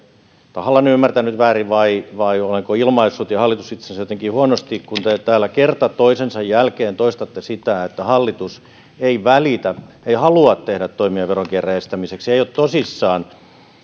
tahallanne ymmärtänyt väärin vai vai olenko ilmaissut ja hallitus jotenkin huonosti kun te täällä kerta toisensa jälkeen toistatte sitä että hallitus ei välitä ei halua tehdä toimia veronkierron estämiseksi ei ole tosissaan